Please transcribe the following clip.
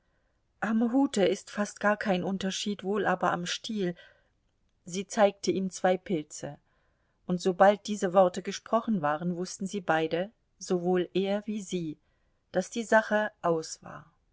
am hute ist fast gar kein unterschied wohl aber am stiel sie zeigte ihm zwei pilze und sobald diese worte gesprochen waren wußten sie beide sowohl er wie sie daß die sache aus war